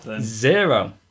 zero